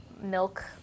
milk